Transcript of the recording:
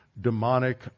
demonic